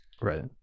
Right